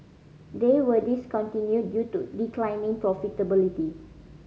they were discontinued due to declining profitability